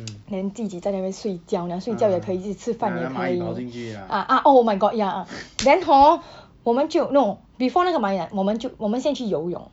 then 自己在那边睡觉呢睡觉也可以去吃饭也可以 ah ah oh my god ya then hor 我们就 no before 那个蚂蚁来我们就我们先去游泳